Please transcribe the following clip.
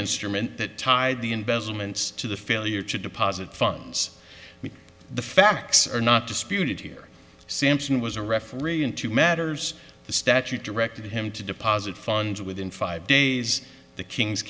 instrument that tied the investments to the failure to deposit funds the facts are not disputed here sampson was a referee in two matters the statute directed him to deposit funds within five days the kings